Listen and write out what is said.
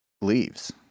leaves